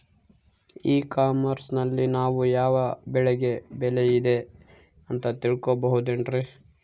E commerce ನಲ್ಲಿ ನಾವು ಯಾವ ಬೆಳೆಗೆ ಬೆಲೆ ಇದೆ ಅಂತ ತಿಳ್ಕೋ ಬಹುದೇನ್ರಿ?